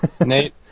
Nate